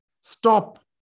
stop